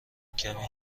کمی